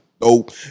Dope